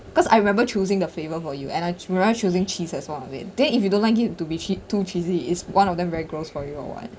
cause I remember choosing the flavour for you and I remember choosing cheese as one of it then if you don't like it to be chee~ too cheesy is one of them very gross for you or what